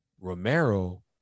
Romero